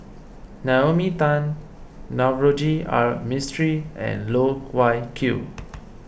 Naomi Tan Navroji R Mistri and Loh Wai Kiew